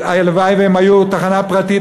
והלוואי שזו הייתה תחנה פרטית,